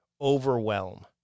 overwhelm